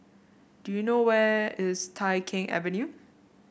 do you know where is Tai Keng Avenue